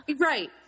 Right